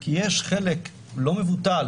כי יש חלק לא מבוטל